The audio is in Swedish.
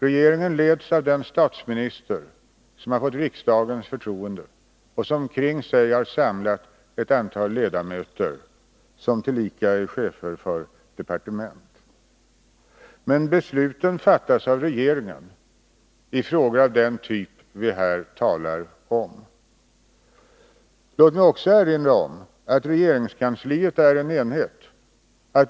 Regeringen leds av den statsminister som har fått riksdagens förtroende och som kring sig har samlat ett antal ledamöter som tillika är chefer för departement. Men besluten fattas av regeringen i frågor av den typ vi här talar om. Låt mig också erinra om att regeringskansliet är en enhet.